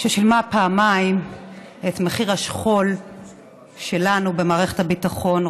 ששילמה פעמיים את מחיר השכול שלנו במערכת הביטחון.